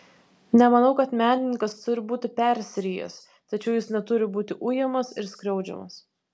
nemanau kad menininkas turi būti persirijęs tačiau jis neturi būti ujamas ir skriaudžiamas